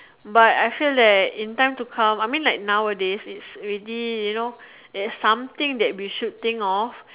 but I feel that in time to come I mean like nowadays it's already you know it's something that we should think of